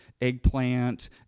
Eggplant